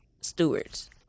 stewards